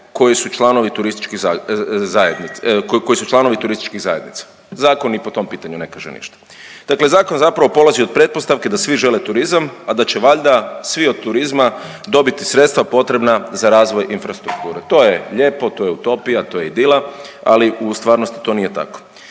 koji su članovi turističkih zajednica. Zakon ni po tom pitanju ne kaže ništa. Dakle zakon zapravo polazi od pretpostavke da svi žele turizam, a da će valjda svi od turizma dobiti sredstva potrebna za razvoj infrastrukture, to je lijepo, to je utopija, to je idila, ali u stvarnosti to nije tako,